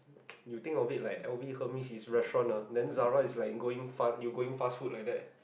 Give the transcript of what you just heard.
you think of it like L_V Hermes is restaurant ah then Zara is like going fast you going fast food like that